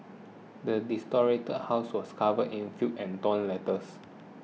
the desolated house was covered in filth and torn letters